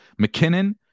McKinnon